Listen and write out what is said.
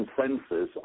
consensus